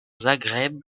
zagreb